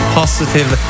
positive